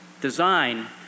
design